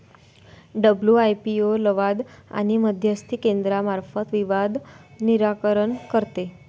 WIPO लवाद आणि मध्यस्थी केंद्रामार्फत विवाद निराकरण करते